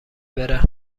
بره